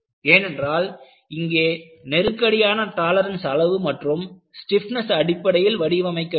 ஏனென்றால் இங்கே நெருக்கமான டாலரன்ஸ் அளவு மற்றும் ஸ்டிப்னஸ் அடிப்படையில் வடிவமைக்க வேண்டும்